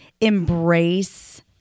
embrace